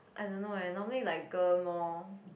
I don't know leh normally like girl more